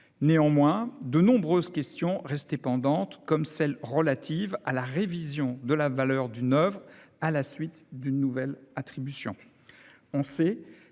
Néanmoins, de nombreuses questions restaient pendantes, comme celle relative à la révision de la valeur d'une oeuvre à la suite d'une nouvelle attribution.